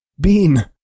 Bean